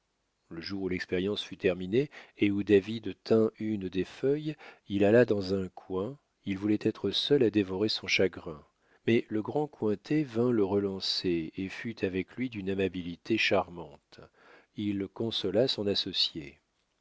le jour où l'expérience fut terminée et où david tint une des feuilles il alla dans un coin il voulait être seul à dévorer son chagrin mais le grand cointet vint le relancer et fut avec lui d'une amabilité charmante il consola son associé